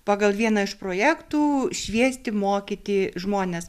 pagal vieną iš projektų šviesti mokyti žmones